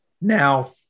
now